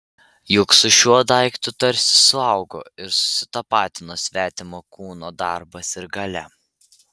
juk su šiuo daiktu tarsi suaugo ir susitapatino svetimo kūno darbas ir galia